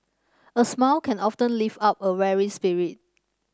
a smile can often lift up a weary spirit